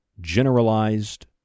generalized